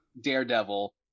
Daredevil